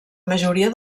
majoria